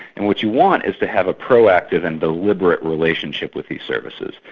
and what you want is to have a proactive and deliberate relationship with these services,